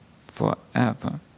forever